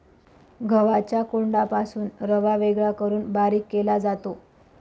गव्हाच्या कोंडापासून रवा वेगळा करून बारीक केला जातो